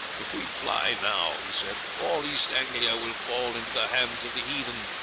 if we fly now, he said, all east anglia will fall into the hands of the heathen.